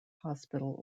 hospital